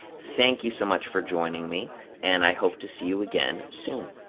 thank you so much for joining me and i hope to see you again soon!